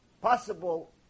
possible